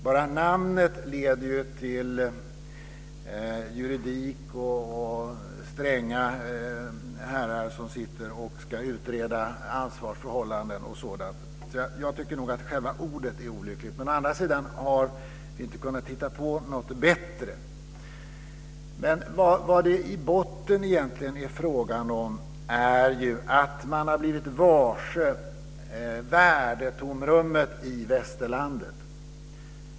Bara namnet leder tankarna till juridik och stränga herrar som sitter och ska utreda ansvarsförhållanden. Själva ordet är olyckligt. Å andra sidan har vi inte kunnat hitta på något bättre. I botten är det frågan om att man har blivit varse värdetomrummet i västerlandet.